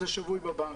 אתה שבוי בבנק.